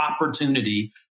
opportunity